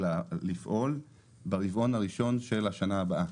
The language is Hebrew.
לפעול ברבעון הראשון של השנה הבאה.